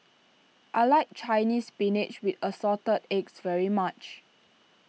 I like Chinese Spinach with Assorted Eggs very much